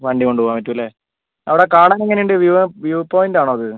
വണ്ടി കൊണ്ടുപോകാൻ പറ്റും അല്ലെ അവിടെ കാണാൻ എങ്ങനെയുണ്ട് വ്യൂവോ വ്യൂ പോയിൻറ് ആണോ അത്